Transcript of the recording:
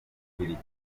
bubiligi